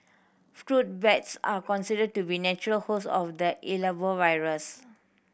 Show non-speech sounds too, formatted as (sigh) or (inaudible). fruit bats are considered to be the natural host of the (unintelligible) virus